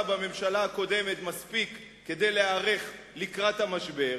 בממשלה הקודמת מספיק כדי להיערך לקראת המשבר,